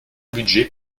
budget